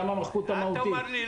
למה מחקו את ה"מהותי"?